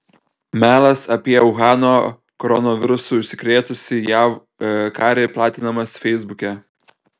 melas apie uhano koronavirusu užsikrėtusį jav karį platinamas feisbuke